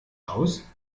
aus